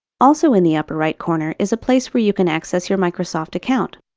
also in the upper right corner is a place where you can access your microsoft account.